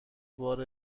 بار